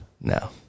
No